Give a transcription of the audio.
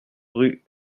rue